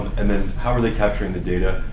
and then how are they capturing the data?